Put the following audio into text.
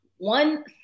One